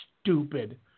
stupid